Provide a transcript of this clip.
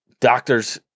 doctors